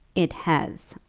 it has.